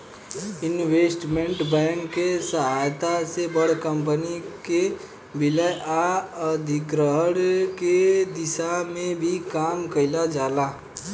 investment bank के सहायता से बड़ कंपनी के विलय आ अधिग्रहण के दिशा में भी काम कईल जाता